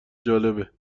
جالبه